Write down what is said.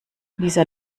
dieser